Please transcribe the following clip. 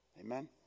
Amen